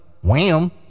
Wham